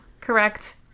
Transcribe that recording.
correct